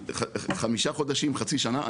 חמישה חודשים חצי שנה.